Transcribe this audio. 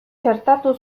txertatu